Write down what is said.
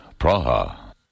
Praha